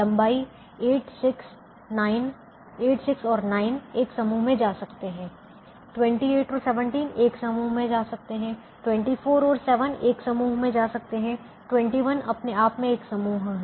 लंबाई 8 6 और 9 एक समूह में जा सकते हैं 28 और 17 एक समूह में जा सकते हैं 24 और 7 एक समूह में जा सकते हैं 21 अपने आप में एक समूह है